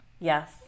Yes